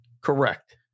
Correct